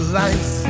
life